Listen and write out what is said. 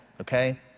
okay